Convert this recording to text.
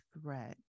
threat